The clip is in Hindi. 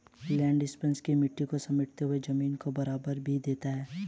लैंड इम्प्रिंटर मिट्टी को समेटते हुए जमीन को बराबर भी कर देता है